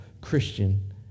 Christian